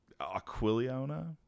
Aquilona